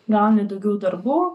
gauni daugiau darbų